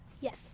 Yes